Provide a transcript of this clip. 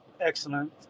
excellent